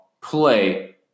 play